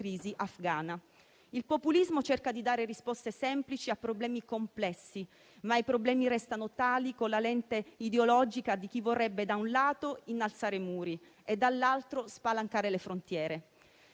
crisi afghana. Il populismo cerca di dare risposte semplici a problemi complessi, ma i problemi restano tali, con la lente ideologica di chi vorrebbe, da un lato, innalzare muri e, dall'altro, spalancare le frontiere.